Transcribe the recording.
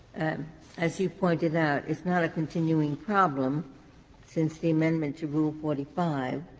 as you pointed out, it's not a continuing problem since the amendment to rule forty five,